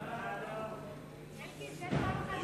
מי נגד?